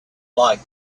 like